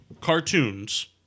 cartoons